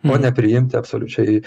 o ne priimti absoliučiai